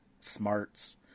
smarts